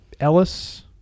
Ellis